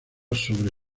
sobre